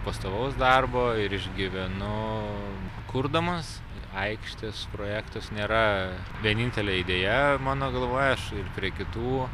pastovaus darbo ir išgyvenu kurdamas aikštės projektas nėra vienintelė idėja mano galvoj aš prie kitų